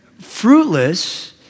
fruitless